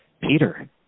Peter